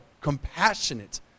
compassionate